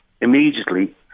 immediately